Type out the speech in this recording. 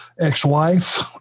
ex-wife